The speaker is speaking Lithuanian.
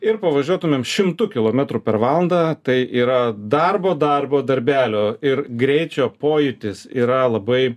ir pavažiuotumėm šimtu kilometrų per valandą tai yra darbo darbo darbelio ir greičio pojūtis yra labai